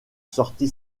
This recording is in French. sortie